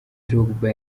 drogba